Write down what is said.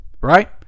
right